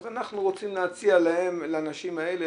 אז אנחנו רוצים להציע לנשים האלה,